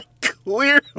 Clearly